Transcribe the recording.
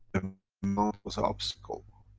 and move was a obstacle.